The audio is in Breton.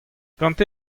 gante